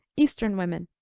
eastern women.